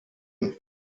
leitet